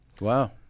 Wow